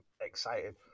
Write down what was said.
excited